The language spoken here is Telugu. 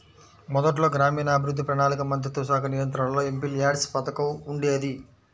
మొదట్లో గ్రామీణాభివృద్ధి, ప్రణాళికా మంత్రిత్వశాఖ నియంత్రణలో ఎంపీల్యాడ్స్ పథకం ఉండేది